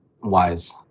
wise